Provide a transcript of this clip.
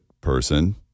person